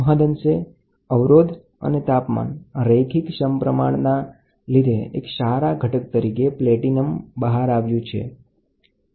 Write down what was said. મહદ અંશે અવરોધ અને તાપમાનના રેખિક સમપ્રમાણતા ને લીધે એક સારા ઘટક તરીકે પ્લૅટિનમ ગણવામાં આવે છે